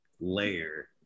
layer